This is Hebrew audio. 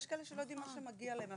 יש כאלה שלא יודעים מה מגיע להם.